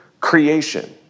creation